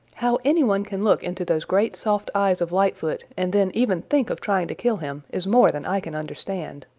how any one can look into those great soft eyes of lightfoot and then even think of trying to kill him is more than i can understand.